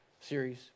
series